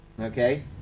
okay